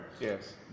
Yes